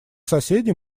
соседи